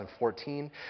2014